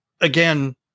again